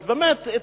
באמת,